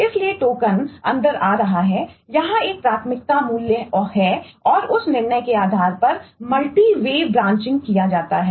इसलिए यदि टोकन किया जाता है